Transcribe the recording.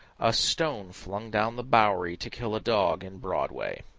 a stone flung down the bowery to kill a dog in broadway.